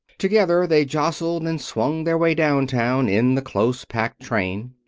together they jostled and swung their way down-town in the close packed train.